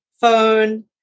phone